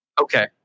Okay